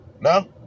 No